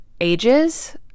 ages